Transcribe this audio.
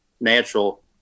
natural